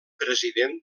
president